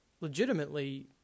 legitimately